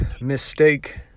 mistake